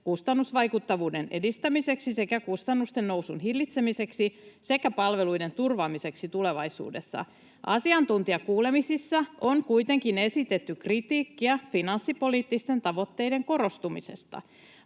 kustannusvaikuttavuuden edistämiseksi sekä kustannusten nousun hillitsemiseksi sekä palveluiden turvaamiseksi tulevaisuudessa. Asiantuntijakuulemisissa on kuitenkin esitetty kritiikkiä finanssipoliittisten tavoitteiden korostumisesta.